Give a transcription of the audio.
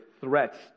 threats